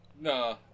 no